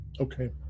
Okay